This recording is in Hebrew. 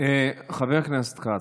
חבר הכנסת כץ,